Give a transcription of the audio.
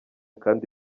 kandi